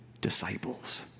disciples